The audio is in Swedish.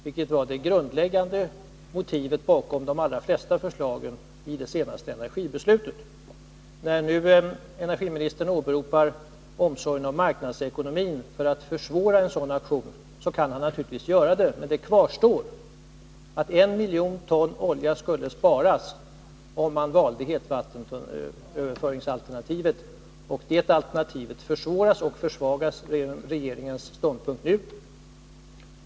Det var det grundläggande motivet bakom de allra flesta förslagen i det senaste energibeslutet. När nu energiministern åberopar omsorg om marknadsekonomin för att försvåra en sådan aktion, kan han naturligtvis göra det. Men det kvarstår att en miljon ton olja skulle sparas, om man valde hetvattenöverföringsalternativet. Det alternativet försvåras och försvagas genom regeringens ståndpunkt nu.